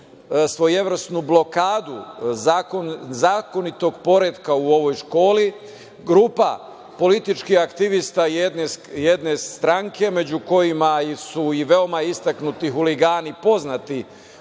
svojevrsnu blokadu zakonitog poretka u ovoj školi. Grupa političkih aktivista jedne stranke, među kojima su i veoma istaknuti huligani poznati